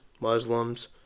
Muslims